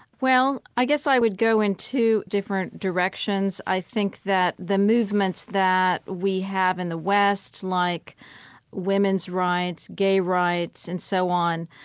well, i guess i would go in two different directions. i think that the movements that we have in the west, like women's rights, gay rights and so on,